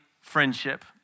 Friendship